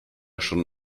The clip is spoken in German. schon